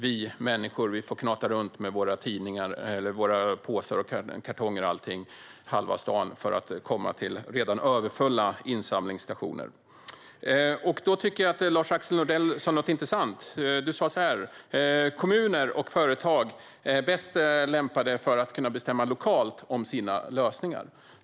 Vi människor får knata runt halva stan med våra tidningar, påsar och kartonger för att komma till redan överfulla insamlingsstationer. Då tycker jag att Lars-Axel Nordell sa något intressant. Du sa så här: Kommuner och företag är bäst lämpade för att lokalt bestämma över sina lösningar.